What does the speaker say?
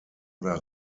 oder